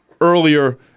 earlier